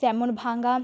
যেমন ভাঙা